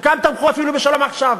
חלקם תמכו אפילו ב"שלום עכשיו".